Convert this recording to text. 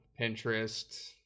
Pinterest